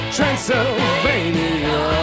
Transylvania